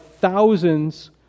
thousands